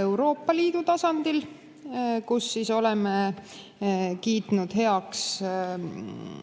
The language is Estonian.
Euroopa Liidu tasandil, kus oleme kiitnud heaks sellise